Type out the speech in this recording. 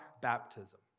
baptism